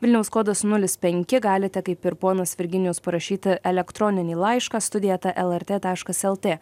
vilniaus kodas nulis penki galite kaip ir ponas virginijus parašyti elektroninį laišką studija eta lrt taškas lt